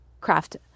craft